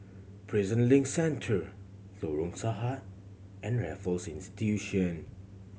Prison Link Centre Lorong Sahad and Raffles Institution